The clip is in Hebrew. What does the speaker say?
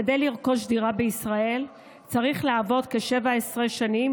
כדי לרכוש דירה בישראל צריך לעבוד כ-17 שנים,